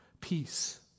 Peace